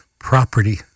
property